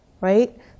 right